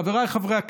חבריי חברי הכנסת,